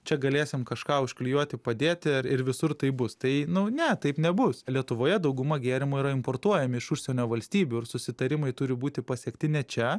čia galėsim kažką užklijuoti padėti ir visur taip bus tai nu ne taip nebus lietuvoje dauguma gėrimų yra importuojami iš užsienio valstybių ir susitarimai turi būti pasiekti ne čia